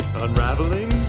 Unraveling